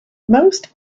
most